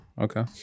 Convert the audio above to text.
okay